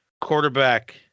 Quarterback